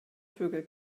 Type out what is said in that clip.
vögel